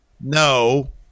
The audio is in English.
no